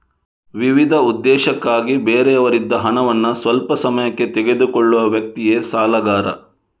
ವಿವಿಧ ಉದ್ದೇಶಕ್ಕಾಗಿ ಬೇರೆಯವರಿಂದ ಹಣವನ್ನ ಸ್ವಲ್ಪ ಸಮಯಕ್ಕೆ ತೆಗೆದುಕೊಳ್ಳುವ ವ್ಯಕ್ತಿಯೇ ಸಾಲಗಾರ